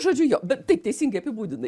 žodžiu jo bet taip teisingai apibūdinai